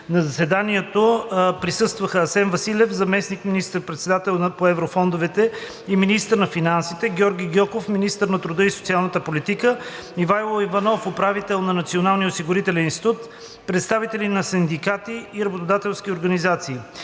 На заседанието присъстваха: Асен Василев – заместник министър-председател по еврофондовете и министър на финансите; Георги Гьоков – министър на труда и социалната политика; Ивайло Иванов – управител на Националния осигурителен институт, представители на синдикатите и работодателските организации.